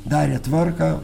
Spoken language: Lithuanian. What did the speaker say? darė tvarką